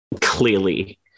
clearly